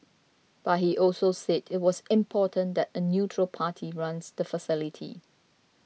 but he also said it was important that a neutral party runs the facility